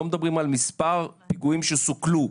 לא מדברים על מספר הפיגועים שסוכלו.